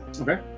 Okay